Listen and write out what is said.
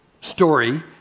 story